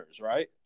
right